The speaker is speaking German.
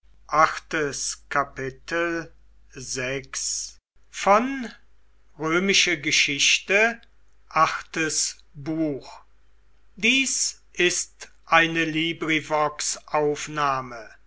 sind ist eine